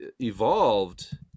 evolved